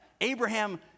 Abraham